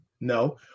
No